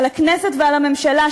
על הכנסת ועל הממשלה,